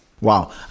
Wow